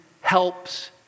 helps